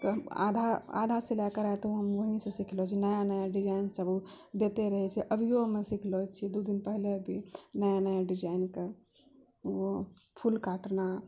के आधा आधा सिलाइ कढ़ाइ तऽ हम वहीसँ सिखलहुँ छियै नया नया डिजाइन सब ओ देते रहै छै अभियो हमे सिखलो छियै दू दिन पहिलो भी नया नया डिजाइनके ओ फूल काटना